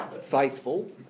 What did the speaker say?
faithful